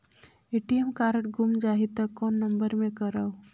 ATM card गुम जाही त कौन नम्बर मे करव?